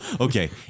okay